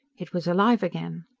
it was alive again.